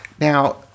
Now